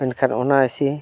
ᱢᱮᱱᱠᱷᱟᱱ ᱚᱱᱟ ᱮᱥᱤ